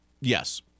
yes